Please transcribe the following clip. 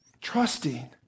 trusting